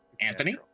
Anthony